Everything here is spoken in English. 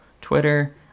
Twitter